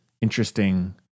interesting